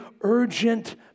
urgent